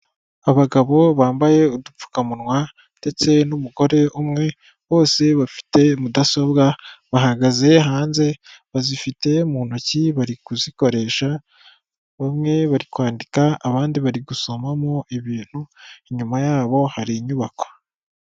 Abagabo bambaye udupfukamunwa ndetse n'umugore umwe bose bafite mudasobwa bahagaze hanze bazifite mu ntoki bari kuzikoresha, bamwe bari kwandika abandi bari gusomamo ibintu inyuma yabo hari inyubako.